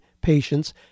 patients